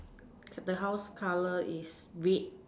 the house colour is red